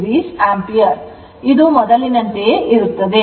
3o ampere ಮೊದಲಿನಂತೆಯೇ ಇರುತ್ತದೆ